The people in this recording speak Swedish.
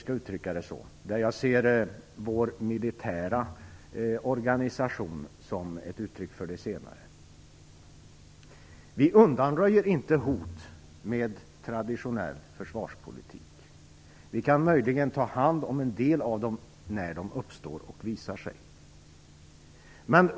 Jag ser vår militära organisation som ett uttryck för det senare. Vi undanröjer inte hot med traditionell försvarspolitik. Vi kan möjligen ta hand om en del av dem när de uppstår.